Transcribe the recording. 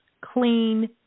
Clean